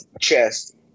chest